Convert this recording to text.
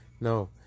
No